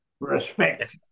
respect